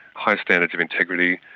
high standards of integrity,